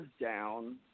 down